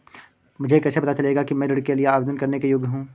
मुझे कैसे पता चलेगा कि मैं ऋण के लिए आवेदन करने के योग्य हूँ?